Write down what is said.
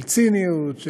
של ציניות,